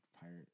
pirate